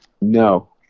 No